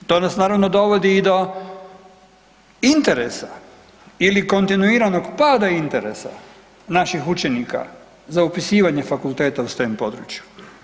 To nas naravno dovodi i do interesa ili kontinuiranog pada interesa naših učenika za upisivanje fakulteta u STEM području.